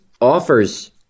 offers